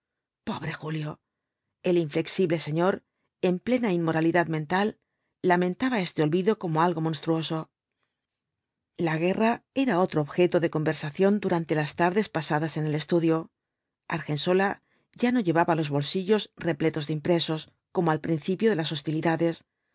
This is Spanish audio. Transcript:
pobre julio el inflexible señor en plena inmoralidad mental lamentaba este olvido como alga monstruoso la guerra era otro objeto de conversación durante las tardes pasadas en el estudio argensola ya no llevaba los bolsillos repletos de impresos como al principio de las hostilidades